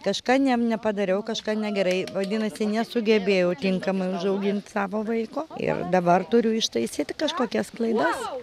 kažką nem nepadariau kažką negerai vadinasi nesugebėjau tinkamai užaugint savo vaiko ir dabar turiu ištaisyti kažkokias klaidas